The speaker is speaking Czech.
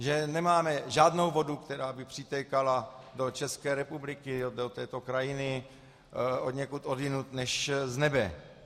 Že nemáme žádnou vodu, která by přitékala do České republiky, do této krajiny, odněkud odjinud než z nebe.